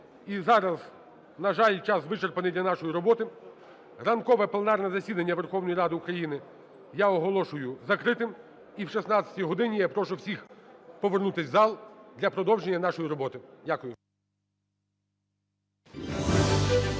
І зараз, на жаль, час вичерпаний для нашої роботи. Ранкове пленарне засідання Верховної Ради України я оголошую закритим. І о 16 годині я прошу всіх повернутися в зал для продовження нашої роботи. Дякую.